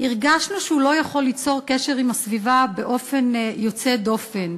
הרגשנו שהוא לא יכול ליצור קשר עם הסביבה באופן יוצא דופן,